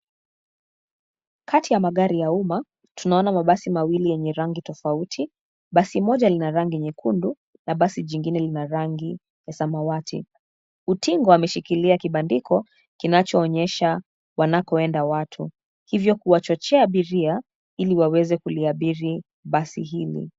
Kati ya magari ya umma tunaona mabasi mawili yenye rangi tofauti. Basi moja lina rangi nyekundu na basi jingine lina rangi ya samawati. Utingo ameshikilia kibandiko kinachoonyesha wanakoenda watu, hivyo kuwachochea biria ili waweze kuliabiri basi hili.